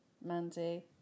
Mandy